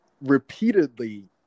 repeatedly